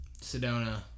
Sedona